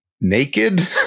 naked